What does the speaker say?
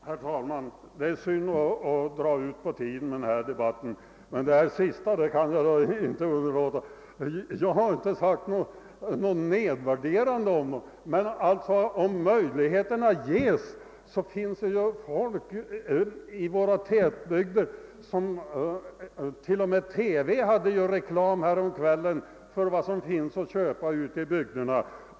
Herr talman! Det är synd att dra ut på tiden med den här debatten, men jag har inte yttrat något nedvärderande om någon. Om möjligheter ges så finns det folk i våra tätbygder som skulle vilja köpa sommartorp — t.o.m. TV hade ju reklam häromkvällen för vad som finns att köpa ute i bygderna.